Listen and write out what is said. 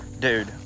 dude